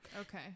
Okay